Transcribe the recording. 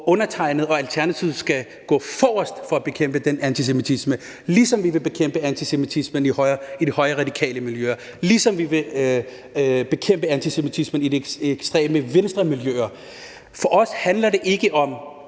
og Alternativet vil gå forrest for at bekæmpe den antisemitisme, ligesom vi vil bekæmpe antisemitisme i de højreradikale miljøer, ligesom vi vil bekæmpe antisemitisme i de ekstreme venstremiljøer. For os handler det ikke om